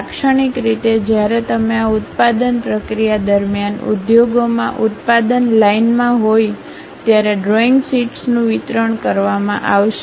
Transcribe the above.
લાક્ષણિક રીતે જ્યારે તમે આ ઉત્પાદન પ્રક્રિયા દરમિયાન ઉદ્યોગોમાં ઉત્પાદન લાઇનમાં હોય ત્યારે ડ્રોઈંગ શીટ્સનું વિતરણ કરવામાં આવશે